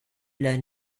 learn